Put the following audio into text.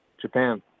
Japan